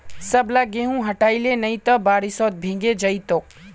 सबला गेहूं हटई ले नइ त बारिशत भीगे जई तोक